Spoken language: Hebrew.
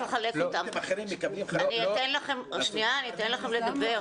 אני אתן לכם לדבר.